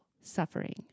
suffering